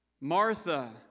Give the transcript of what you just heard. Martha